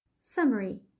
Summary